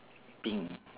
pink